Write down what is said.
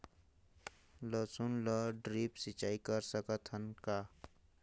लसुन ल ड्रिप सिंचाई कर सकत हन का?